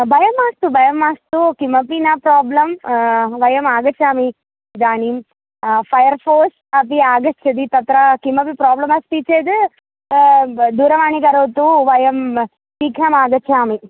वयं मास्तु वयं मास्तु किमपि न प्राब्लं वयम् आगच्छामि इदानीं फ़यर् फ़ोर्स् अपि आगच्छति तत्र किमपि प्राब्लम् अस्ति चेद् दूरवाणीं करोतु वयं शीघ्रम् आगच्छामि